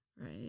Right